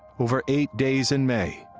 over eight days in may,